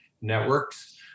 Networks